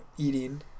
eating